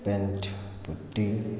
paint putty